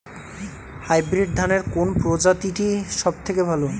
Hybrid ধানের কোন প্রজীতিটি সবথেকে ভালো?